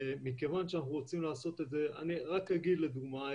מכיוון שאנחנו רוצים לעשות את זה אני רק אגיד לדוגמה,